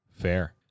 fair